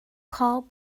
call